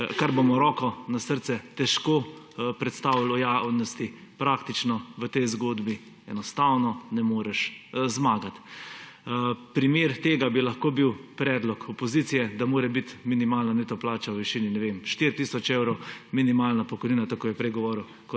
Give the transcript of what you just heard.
kar bomo, roko na srce, težko predstavili javnosti, v tej zgodbi enostavno ne moreš zmagati. Primer tega bi lahko bil predlog opozicije, da mora biti minimalna neto plača v višini, ne vem, 4 tisoč evrov, minimalna pokojnina, tako kot je prej govoril